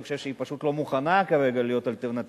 אני חושב שהיא פשוט לא מוכנה להיות אלטרנטיבה,